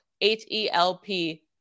H-E-L-P